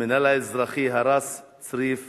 המינהל האזרחי הרס צריף